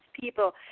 people